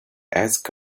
ask